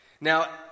Now